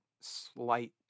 slight